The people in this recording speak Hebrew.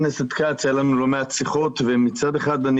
היו לנו לא מעט שיחות ומצד אחד אני